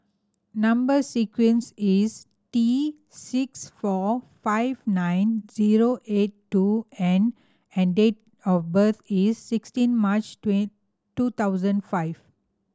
number sequence is T six four five nine zero eight two N and date of birth is sixteen March two thousand five